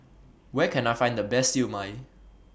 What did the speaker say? Where Can I Find The Best Siew Mai